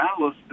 Dallas